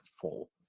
full